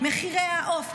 מחירי העוף,